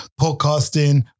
podcasting